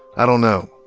i don't know,